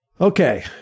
Okay